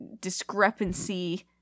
discrepancy